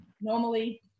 normally